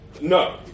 No